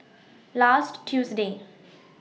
last Tuesday